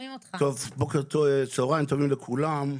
צהריים טובים לכולם,